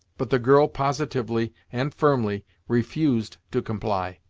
but the girl positively and firmly refused to comply.